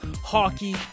hockey